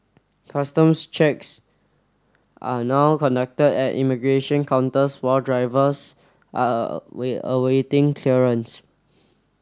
customs checks are now conducted at immigration counters while drivers are awaiting clearance